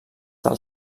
del